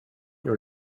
your